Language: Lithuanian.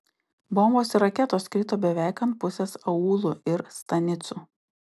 bombos ir raketos krito beveik ant pusės aūlų ir stanicų